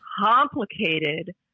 complicated